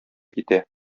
китә